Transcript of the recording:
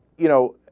you know,